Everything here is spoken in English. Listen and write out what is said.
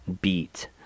beat